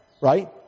right